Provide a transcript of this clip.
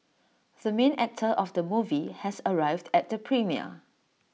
the main actor of the movie has arrived at the premiere